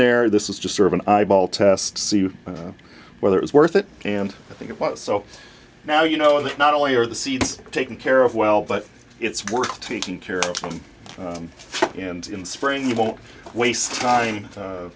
there this is just sort of an eyeball test see you whether it was worth it and i think it was so now you know that not only are the seeds taken care of well but it's worth taking care of them and in spring you won't waste time